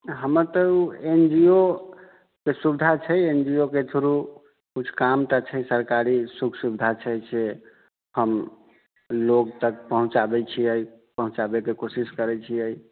हमर तऽ ओ एन जी ओ के सुविधा छै एन जी ओ के थ्रू किछऊ काम तऽ छै सरकारी सुख सुविधा जे छै से हम लोक तक पहुँचाबैत छियै पहुँचाबैके कोशिश करैत छियै